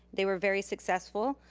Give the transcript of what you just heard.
they were very successful.